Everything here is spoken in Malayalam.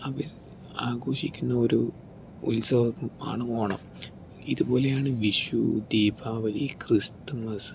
അവർ ആഘോഷിക്കുന്ന ഒരു ഉത്സവം ആണ് ഓണം ഇതുപോലെയാണ് വിഷു ദീപാവലി ക്രിസ്തുമസ്